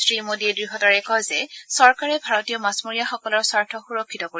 শ্ৰীমোদীয়ে দ্ঢ়তাৰে কয় যে চৰকাৰে ভাৰতীয় মাছমৰীয়াসকলৰ স্বাৰ্থ সুৰক্ষিত কৰিব